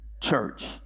church